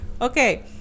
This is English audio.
Okay